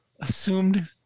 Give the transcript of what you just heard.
assumed